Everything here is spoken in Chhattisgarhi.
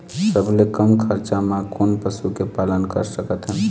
सबले कम खरचा मा कोन पशु के पालन कर सकथन?